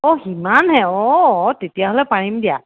অঁ সিমানহে অঁ অঁ তেতিয়াহ'লে পাৰিম দিয়া